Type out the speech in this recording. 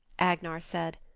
agnar said.